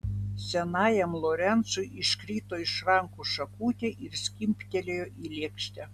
senajam lorencui iškrito iš rankų šakutė ir skimbtelėjo į lėkštę